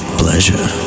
pleasure